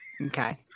Okay